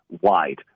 wide